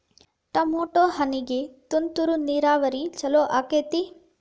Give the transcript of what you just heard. Tomato ಹಣ್ಣಿಗೆ ತುಂತುರು ನೇರಾವರಿ ಛಲೋ ಆಕ್ಕೆತಿ?